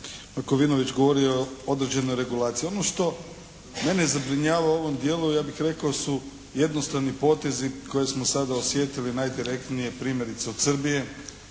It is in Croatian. Markovinović govorio o određenoj regulaciji. Ono što mene zabrinjava u ovom dijelu ja bih reako su jednostrani potezi koje smo sada osjetili najdirektnije primjerice od Srbije